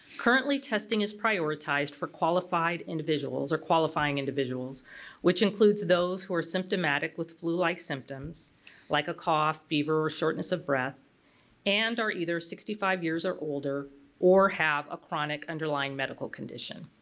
currently, testing is prioritized for qualified individuals or qualifying individuals which includes those who are symptomatic with flu-like symptoms like a cough, fever, or shortness of breath and are either sixty five years or older or have a chronic underlying medical condition.